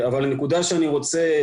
הנקודה שבה אני רוצה